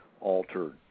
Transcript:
altered